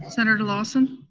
senator lawson?